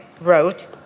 wrote